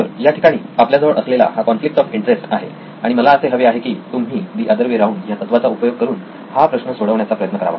तर याठिकाणी आपल्याजवळ असलेला हा कॉन्फ्लिक्ट ऑफ इंटरेस्ट आहे आणि मला असे हवे आहे की तुम्ही द अदर वे राऊंड या तत्त्वाचा उपयोग करून हा प्रश्न सोडवण्याचा प्रयत्न करावा